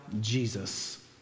Jesus